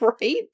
Right